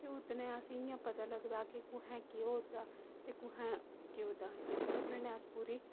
ते उत्त कन्नै असेंगी पता लगदा की कुत्थै केह् होआ दा ते कुत्थै केह् होआ दा इस खबरै नै अस पूरी